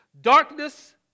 Darkness